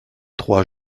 trois